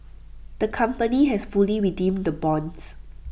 the company has fully redeemed the bonds